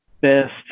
Best